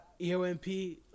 EOMP